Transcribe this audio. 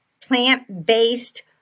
plant-based